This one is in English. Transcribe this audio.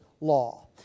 law